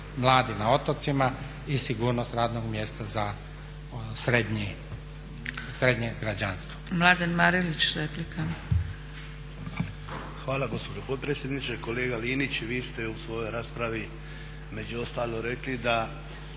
mladi na otocima i sigurnost radnog mjesta za srednje građanstvo.